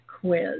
quiz